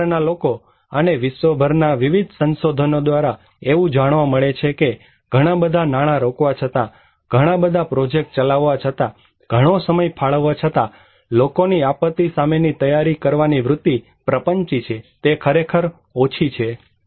આ ક્ષેત્રના લોકો અને વિશ્વભરના વિવિધ સંશોધનો દ્વારા એવું જાણવા મળે છે કે ઘણા બધા નાણાં રોકવા છતાં ઘણા બધા પ્રોજેક્ટ ચલાવવા છતાં ઘણો સમય ફાળવવા છતાં લોકોની આપત્તિ સામે તૈયારી કરવાની વૃત્તિ પ્રપંચી છે તે ખરેખર ઓછી છે